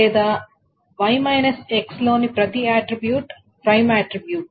లేదా Y minus X లోని ప్రతి ఆట్రిబ్యూట్ ప్రైమ్ఆట్రిబ్యూట్